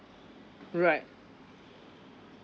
right